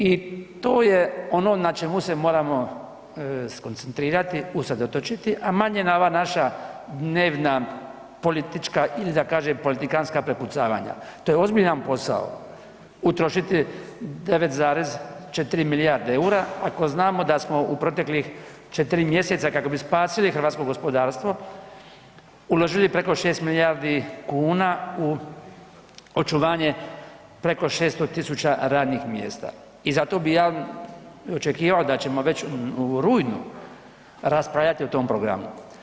I to je ono na čemu se moramo skoncentrirati, usredotočiti a manje na ova naša dnevna politička ili da kažem politikanska prepucavanja, to je ozbiljan posao, utrošiti 9,4 milijarde eura ako znamo da smo u proteklih 4 mj. kako bi spasili hrvatsko gospodarstvo, uložili preko 6 milijardi kuna u očuvanje preko 600 000 radnih mjesta i zato bi ja očekivao da ćemo već u rujnu raspravljati o tom programu.